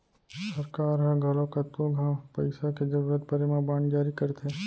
सरकार ह घलौ कतको घांव पइसा के जरूरत परे म बांड जारी करथे